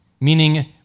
Meaning